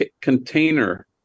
container